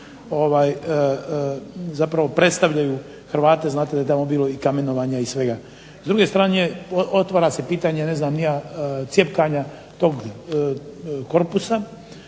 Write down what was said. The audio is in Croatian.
zapravo predstavljaju Hrvate. Znate da je tamo bilo i kamenovanja i svega. S druge strane otvara se pitanje ne znam ni ja cjepkanja tog korpusa.